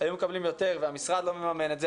היו מקבלים יותר והמשרד לא מממן את זה,